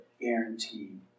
guaranteed